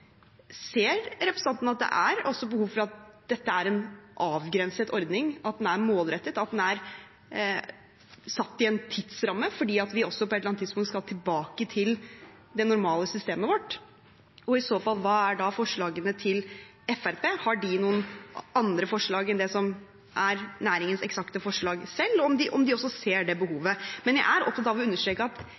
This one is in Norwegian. Ser representanten at det er behov for at dette er en avgrenset ordning – at den er målrettet og satt i en tidsramme – fordi vi på et eller annet tidspunkt skal tilbake til det normale systemet vårt? Hva er i så fall forslagene fra Fremskrittspartiet? Har de noen andre forslag enn det som er næringens eget forslag? Ser de det behovet? Jeg er også opptatt av å understreke at